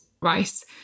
rice